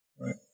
Right